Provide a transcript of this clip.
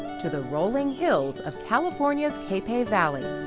to the rolling hills of california's capay valley.